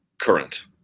current